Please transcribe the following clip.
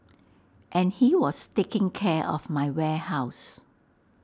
and he was taking care of my warehouse